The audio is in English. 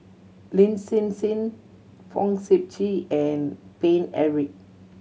Lin Hsin Hsin Fong Sip Chee and Paine Eric